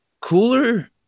Cooler